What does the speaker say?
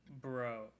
Bro